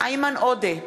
איימן עודה,